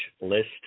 list